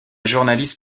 journaliste